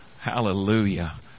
Hallelujah